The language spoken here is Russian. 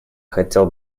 хотел